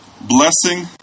blessing